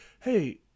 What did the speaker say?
hey